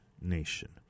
nation